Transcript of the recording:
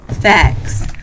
facts